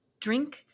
drink